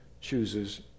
chooses